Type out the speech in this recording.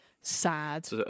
sad